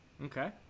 Okay